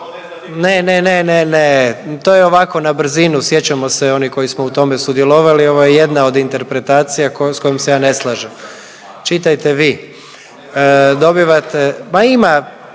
ne, ne, ne, ne, to je ovako na brzinu, sjećamo se onih koji smo u tome sudjelovali, ovo je jedna od interpretacija s kojom se ja ne slažem. Čitajte vi. Dobivate, ma ima,